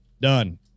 done